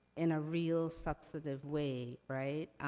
in a real, substantive way, right?